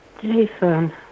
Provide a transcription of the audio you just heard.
Jason